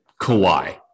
Kawhi